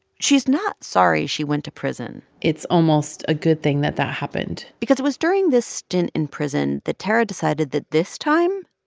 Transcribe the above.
she's not sorry she went to prison it's almost a good thing that that happened because it was during this stint in prison that tarra decided that this time,